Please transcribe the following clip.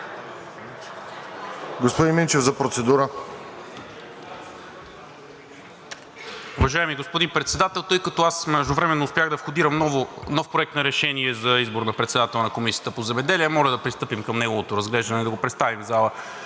господин Минчев. За процедура